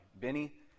Benny